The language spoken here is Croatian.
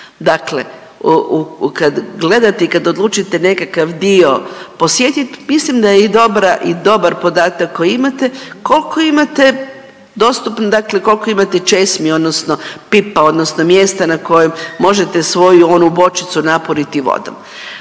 dakle kad gledate i kad odlučite nekakav dio posjetit mislim da je i dobra, i dobar podatak koji imate, kolko imate dostupno, dakle kolko imate česmi odnosno pipa odnosno mjesta na kojem možete svoju onu bočicu napuniti vodom.